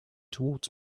towards